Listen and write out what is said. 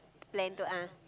plan to ah